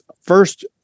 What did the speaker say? first